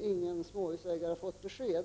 inga småhusägare ännu har fått besked.